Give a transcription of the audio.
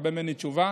תקבל ממני תשובה